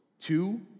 two